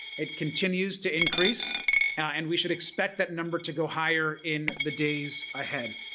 it continues to increase and we should expect that number to go higher in the days ahead.